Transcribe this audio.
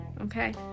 Okay